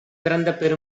பிறந்த